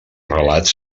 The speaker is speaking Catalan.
relats